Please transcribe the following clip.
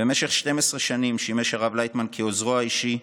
במשך 12 שנים שימש הרב לייטמן כעוזרו האישי,